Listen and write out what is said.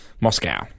Moscow